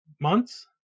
months